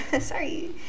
Sorry